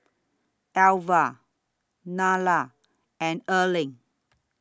Elva Nylah and Erling